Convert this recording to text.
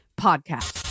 Podcast